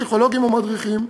פסיכולוגים ומדריכים,